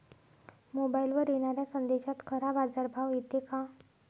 मोबाईलवर येनाऱ्या संदेशात खरा बाजारभाव येते का?